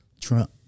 Trump